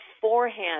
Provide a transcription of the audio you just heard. beforehand